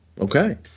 Okay